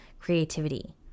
creativity